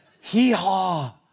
Hee-haw